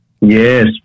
Yes